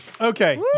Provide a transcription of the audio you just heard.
Okay